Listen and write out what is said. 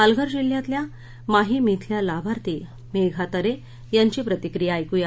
पालघर जिल्ह्यातल्या माहीम शांतीनगर थेल्या लाभार्थी मेघा तरे यांची प्रतिक्रिया ऐकूया